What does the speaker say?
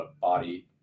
body-